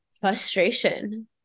frustration